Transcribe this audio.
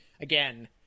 again